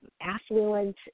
affluent